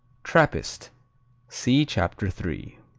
trappist see chapter three.